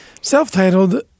self-titled